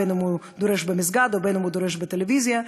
בין שהוא דורש במסגד ובין שהוא דורש בטלוויזיה,